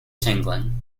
tingling